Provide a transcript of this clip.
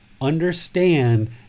understand